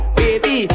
baby